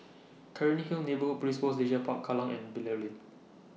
Cairnhill Neighbour Police Post Leisure Park Kallang and Bilal Lane